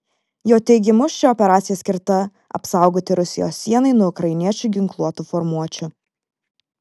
jo teigimu ši operacija skirta apsaugoti rusijos sienai nuo ukrainiečių ginkluotų formuočių